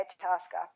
Tasker